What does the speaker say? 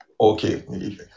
Okay